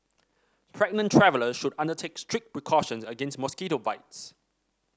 pregnant travellers should undertake strict precautions against mosquito bites